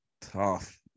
tough